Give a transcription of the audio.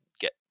get